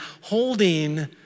holding